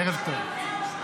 ערב טוב.